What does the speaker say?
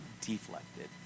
deflected